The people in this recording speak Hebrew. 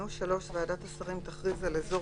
" (3) ועדת השרים תכריז על אזור